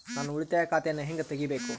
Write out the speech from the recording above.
ನಾನು ಉಳಿತಾಯ ಖಾತೆಯನ್ನು ಹೆಂಗ್ ತಗಿಬೇಕು?